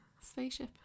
Spaceship